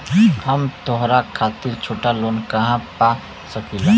हम त्योहार खातिर छोटा लोन कहा पा सकिला?